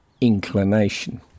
inclination